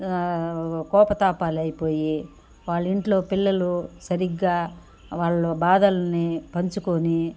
కోపతాపాలు అయిపోయి వాళ్ళింట్లో పిల్లలు సరిగ్గా వాళ్ళు బాధల్ని పంచుకొని